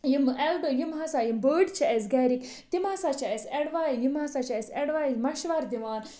یِم ایلڈ یِم ہسا یِم بٔڈۍ چھِ اَسہِ گَرِکۍ تِم ہسا چھِ اَسہِ اڈواے یِم ہسا چھِ اَسہِ اڈوایِز مَشوَرٕ دِوان